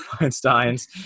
Einstein's